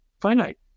finite